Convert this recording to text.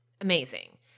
Amazing